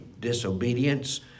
disobedience